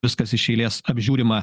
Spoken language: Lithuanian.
viskas iš eilės apžiūrima